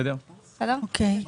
אוקיי.